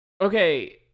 Okay